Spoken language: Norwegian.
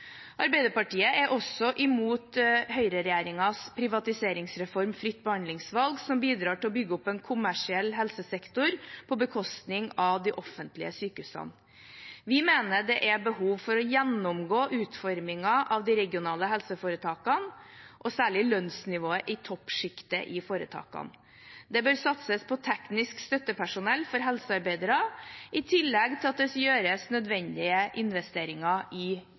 Arbeiderpartiet er også imot høyreregjeringens privatiseringsreform Fritt behandlingsvalg, som bidrar til å bygge opp en kommersiell helsesektor på bekostning av de offentlige sykehusene. Vi mener det er behov for å gjennomgå utformingen av de regionale helseforetakene, og særlig lønnsnivået i toppsjiktet i foretakene. Det bør satses på teknisk støttepersonell for helsearbeidere, i tillegg til at det gjøres nødvendige investeringer i